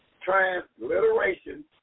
transliteration